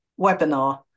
webinar